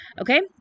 Okay